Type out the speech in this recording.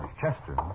Chester